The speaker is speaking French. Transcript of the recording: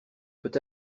peut